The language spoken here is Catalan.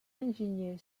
enginyer